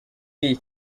iyi